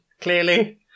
clearly